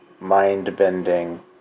mind-bending